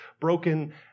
broken